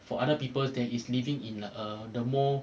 for other people that is living in a the more